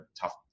tough